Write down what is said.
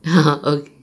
okay